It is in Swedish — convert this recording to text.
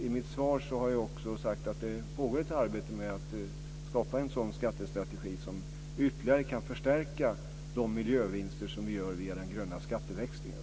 I mitt svar har jag också sagt att det pågår ett arbete med att skapa en sådan skattestrategi som ytterligare kan förstärka de miljövinster som vi gör via den gröna skatteväxlingen.